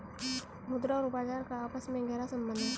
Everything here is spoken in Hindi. मुद्रा और बाजार का आपस में गहरा सम्बन्ध है